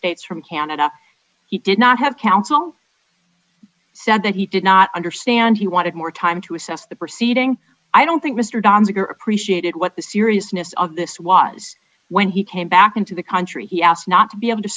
states from canada he did not have counsel said that he did not understand he wanted more time to assess the proceeding i don't think mr doniger appreciated what the seriousness of this was when he came back into the country he asked not to be able to